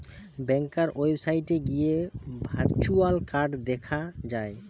ব্যাংকার ওয়েবসাইটে গিয়ে virtual card দেখা যায়